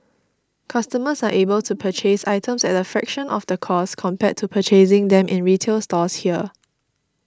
customers are able to purchase items at a fraction of the cost compared to purchasing them in retail stores here